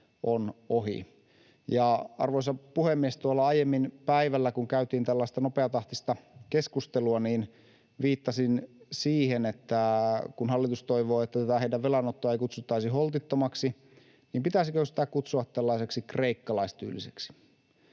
on ohi. Arvoisa puhemies! Aiemmin päivällä, kun käytiin tällaista nopeatahtista keskustelua, viittasin siihen, että kun hallitus toivoo, että tätä heidän velanottoaan ei kutsuttaisi holtittomaksi, niin pitäisikö sitä kutsua tällaiseksi kreikkalaistyyliseksi.